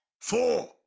four